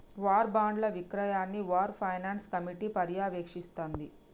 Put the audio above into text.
war బాండ్ల విక్రయాన్ని war finance committee పర్యవేక్షిస్తాంది